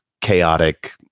chaotic